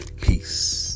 Peace